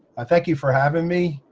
i thank you for having me.